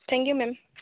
thank you ma'am